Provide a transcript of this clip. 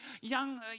young